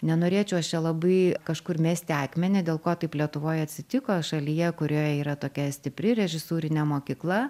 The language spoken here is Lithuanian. nenorėčiau aš čia labai kažkur mesti akmenį dėl ko taip lietuvoj atsitiko šalyje kurioje yra tokia stipri režisūrinė mokykla